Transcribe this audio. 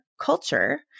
culture